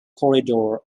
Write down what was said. corridor